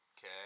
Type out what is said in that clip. Okay